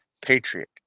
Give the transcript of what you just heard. patriot